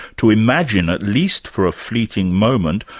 to imagine at least for a fleeting moment,